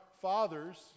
fathers